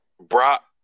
Brock